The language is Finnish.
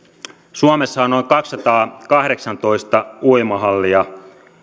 suomessa on noin kaksisataakahdeksantoista uimahallia